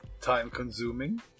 time-consuming